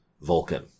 Vulcan